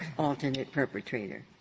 alternate perpetrator.